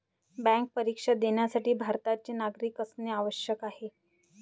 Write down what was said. bank परीक्षा देण्यासाठी भारताचे नागरिक असणे आवश्यक आहे